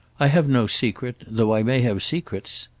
i have no secret though i may have secrets!